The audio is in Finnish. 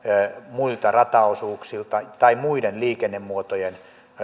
muilta rata osuuksilta tai muiden liikennemuotojen